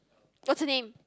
what's her name